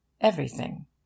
Everything